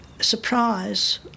surprise